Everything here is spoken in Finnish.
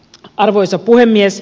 arvoisa puhemies